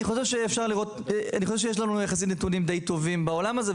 אני חושב שיש לנו יחסית נתונים די טובים בעולם הזה,